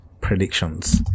predictions